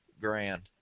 grand